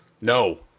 No